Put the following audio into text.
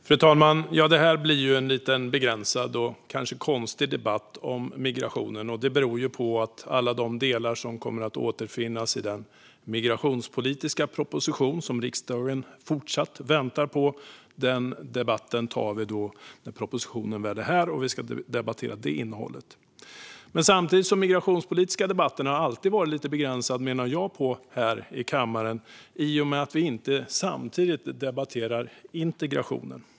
Fru talman! Detta blir en lite begränsad och kanske konstig debatt om migrationen. Det beror på att alla de delar som kommer att återfinnas i den migrationspolitiska proposition som riksdagen fortfarande väntar på kommer att debatteras när propositionen väl är här och vi ska debattera det innehållet. Den migrationspolitiska debatten har alltid varit lite begränsad, menar jag, här i kammaren i och med att vi inte samtidigt debatterar integrationen.